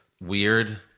Weird